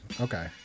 Okay